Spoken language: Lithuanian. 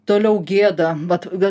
toliau gėda vat vė